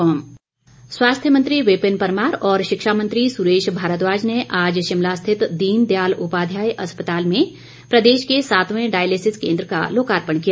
विपिन परमार स्वास्थ्य मंत्री विपिन परमार और शिक्षा मंत्री सुरेश भारद्वाज ने आज शिमला स्थित दीनदयाल उपाध्याय अस्पताल में प्रदेश के सातवें डायलिसिस केंद्र का लोकार्पण किया